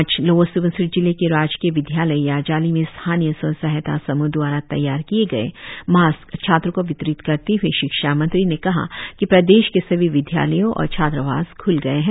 आज लोवर स्बनसिरी जिले के राजकीय विद्यालय याजाली में स्थानीय स्व सहायता समूह द्वारा तैयार किए गए मास्क छात्रों को वितरित करते हए शिक्षा मंत्री ने कहा कि प्रदेश के सभी विद्यालयों और छात्रवास ख्ल गए है